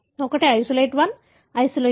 ఒకటి isolate 1 isolate 2